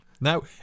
Now